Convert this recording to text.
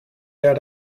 out